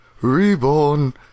reborn